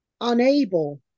unable